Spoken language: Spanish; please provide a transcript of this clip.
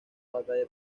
batalla